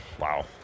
wow